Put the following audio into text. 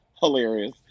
hilarious